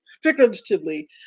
figuratively